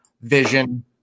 Vision